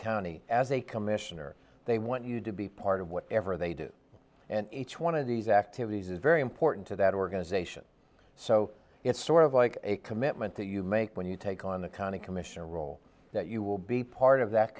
county as a commissioner they want you to be part of whatever they do and each one of these activities is very important to that organization so it's sort of like a commitment that you make when you take on the county commissioner role that you will be part of that